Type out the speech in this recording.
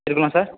இருக்குதுல்ல சார்